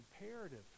imperative